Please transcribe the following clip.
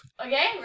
Okay